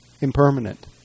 impermanent